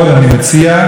שום דבר חדש,